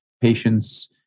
patients